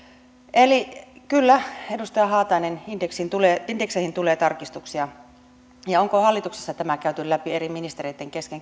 eli kyllä edustaja haatainen indekseihin tulee indekseihin tulee tarkistuksia ja onko hallituksessa tämä käyty läpi eri ministereitten kesken